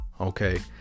okay